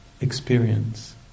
experience